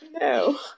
No